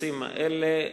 לנושאים האלה.